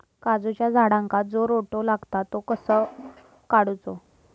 काजूच्या झाडांका जो रोटो लागता तो कसो काडुचो?